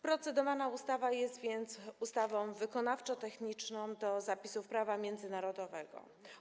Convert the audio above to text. Procedowana ustawa jest więc ustawą wykonawczo-techniczną do zapisów prawa międzynarodowego.